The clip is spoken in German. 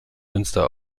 münster